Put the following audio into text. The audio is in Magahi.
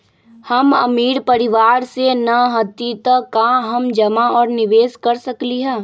हम अमीर परिवार से न हती त का हम जमा और निवेस कर सकली ह?